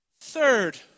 Third